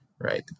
right